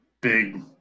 big –